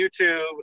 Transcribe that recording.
YouTube